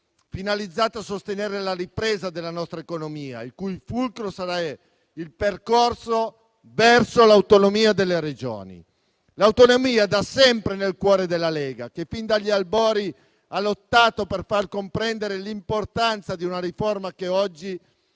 finalizzate a sostenere la ripresa della nostra economia, il cui fulcro sarà il percorso verso l'autonomia delle Regioni. L'autonomia è da sempre nel cuore della Lega, che fin dagli albori ha lottato per far comprendere l'importanza di una riforma che oggi,